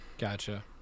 Gotcha